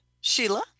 Sheila